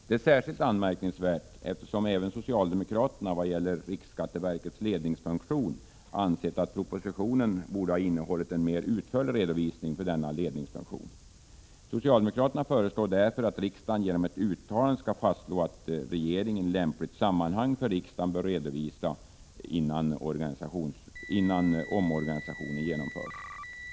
Det är särskilt anmärkningsvärt eftersom även socialdemokraterna ansett att propositionen borde ha innehållit en mera utförlig redovisning vad gäller riksskatteverkets ledningsfunktion. Socialdemokraterna föreslår därför att riksdagen genom ett uttalande skall fastslå att regeringen i lämpligt sammanhang bör redovisa för riksdagen, innan omorganisationen genomförs.